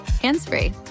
hands-free